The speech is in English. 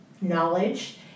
knowledge